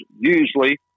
usually